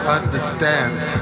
understands